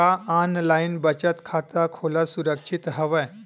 का ऑनलाइन बचत खाता खोला सुरक्षित हवय?